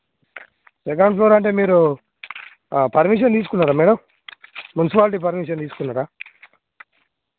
second floor అంటే మీరు permission తీసుకున్నరా మేడం మున్సిపాలిటీ పర్మిషన్ తీసుకున్నరా